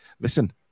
listen